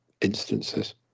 instances